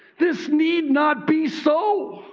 this need not be so.